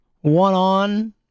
one-on